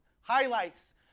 Highlights